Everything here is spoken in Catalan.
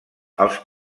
als